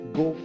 go